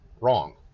Wrong